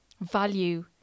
value